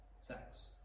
sex